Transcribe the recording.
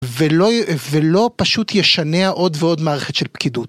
ולא פשוט ישנע עוד ועוד מערכת של פקידות.